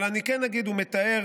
אבל אני כן אגיד: הוא מתאר